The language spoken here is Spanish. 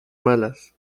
malas